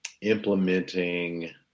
implementing